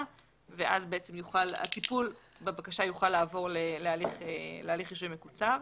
ואז הטיפול בבקשה יוכל לעבור להליך רישוי מקוצר.